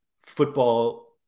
football